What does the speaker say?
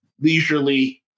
leisurely